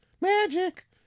Magic